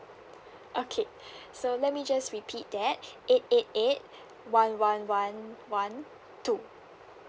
okay so let me just repeat that eight eight eight one one one one two